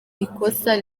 ikosa